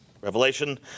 Revelation